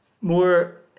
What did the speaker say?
more